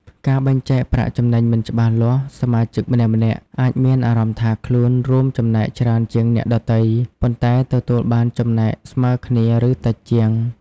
ការបែងចែកប្រាក់ចំណេញមិនច្បាស់លាស់ សមាជិកម្នាក់ៗអាចមានអារម្មណ៍ថាខ្លួនរួមចំណែកច្រើនជាងអ្នកដទៃ ប៉ុន្តែទទួលបានចំណែកស្មើគ្នា ឬតិចជាង។